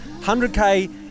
100k